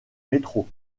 métro